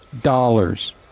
dollars